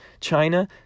China